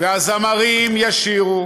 והזמרים ישירו